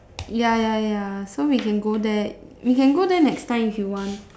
ya ya ya so we can go there we can go there next time if you want